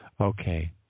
Okay